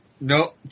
No